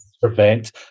prevent